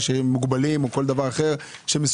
אנו, כמובן שיש את נושא השכר שיבוא